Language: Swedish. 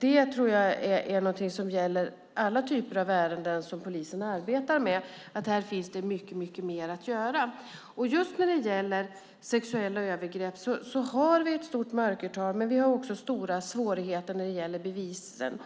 Jag tror att det är något som gäller i alla typer av ärenden som polisen arbetar med att där finns mycket mer att göra. Just när det gäller sexuella övergrepp finns det ett stort mörkertal. Det är också stora svårigheter när det gäller bevisning.